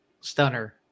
stunner